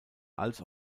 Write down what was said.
als